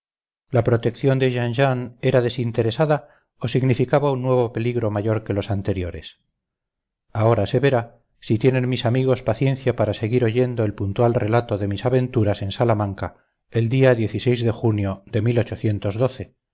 la protección de jean jean era desinteresada o significaba un nuevo peligro mayor que los anteriores ahora se verá si tienen mis amigos paciencia para seguir oyendo el puntual relato de mis aventuras en salamanca el día de junio de